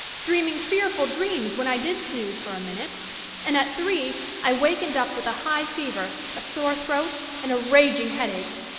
dreaming fearful dreams when i did snooze for a minute and at three i wakened up with a high fever, a sore throat, and a raging headache.